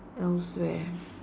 elsewhere